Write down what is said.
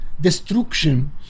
destruction